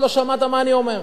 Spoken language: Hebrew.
עוד לא שמעת מה אני אומר.